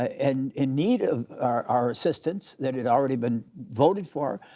and in need of our our assistance that had already been voted for,